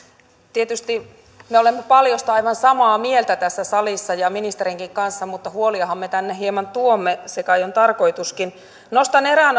tietysti me olemme paljosta aivan samaa mieltä tässä salissa ja ministerinkin kanssa mutta huoliahan me tänne hieman tuomme se kai on tarkoituskin nostan erään